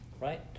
right